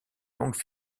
longue